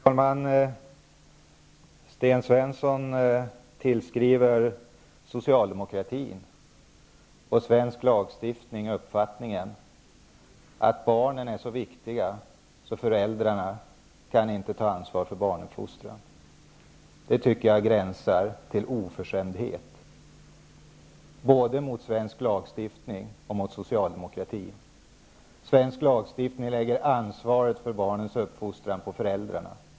Herr talman! Sten Svensson tillskriver socialdemokratin och svensk lagstiftning uppfattningen, att barnen är så viktiga att föräldrarna inte kan ta ansvar för barnuppfostran. Det tycker jag gränsar till oförskämdhet, både mot svensk lagstiftning och mot socialdemokratin. Svensk lagstiftning lägger ansvaret för barnens uppfostran på föräldrarna.